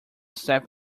step